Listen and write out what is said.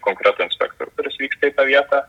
konkretų inspektorių kuris vyksta į tą vietą